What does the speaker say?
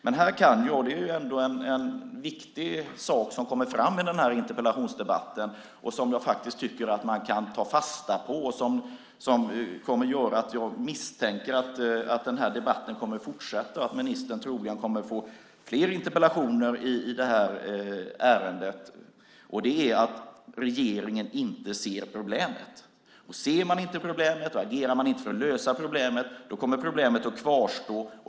Det är ändå en viktig sak som kommer fram i den här interpellationsdebatten och som jag faktiskt tycker att man kan ta fasta på, nämligen att regeringen inte ser problemet. Det gör att jag misstänker att den här debatten kommer att fortsätta och att ministern troligen kommer att få fler interpellationer i detta ärende. Om man inte ser problemet och om man inte agerar för att lösa problemet, då kommer problemet att kvarstå.